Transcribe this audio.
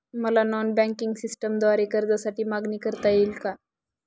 मला non banking सिस्टमद्वारे कर्जासाठी मागणी करता येईल का?